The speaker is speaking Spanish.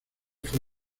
fue